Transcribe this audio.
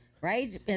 right